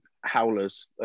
howlers